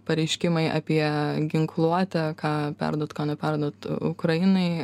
pareiškimai apie ginkluotę ką perduot ko neperduot ukrainai